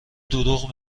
دروغ